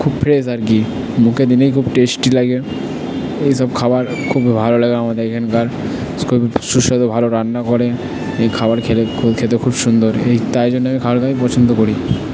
খুব ফ্রেস আর কি মুখে দিলেই খুব টেস্টি লাগে এইসব খাবার খুব ভালো লাগে আমাদের এখানকার খুবই সুস্বাদু ভালো রান্না করে এই খাবার খেলে খুব খেতে খুব সুন্দর এই তাই জন্য আমি খাবারটা আমি পছন্দ করি